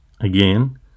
Again